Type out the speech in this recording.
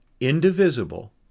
indivisible